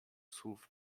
słów